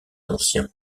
anciens